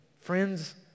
friends